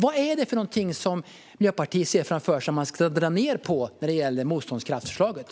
Vad ser Miljöpartiet framför sig att man ska dra ned på när det gäller motståndskraftsförslaget?